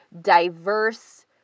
diverse